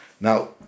Now